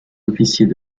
officiers